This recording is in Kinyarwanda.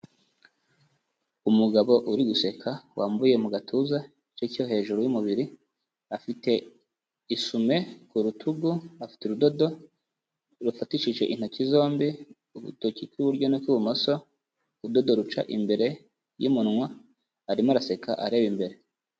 Umugabo uri guseka wambuye mu gatuza, igice cyo hejuru y'umubiri, afite isume ku rutugu, afite urudodo rufatishije intoki zombi, urutoki kw'iburyo n'ukw'ibumoso, urudodo ruca imbere y'umunwa, arimo araseka areba imbere.